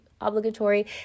obligatory